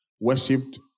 worshipped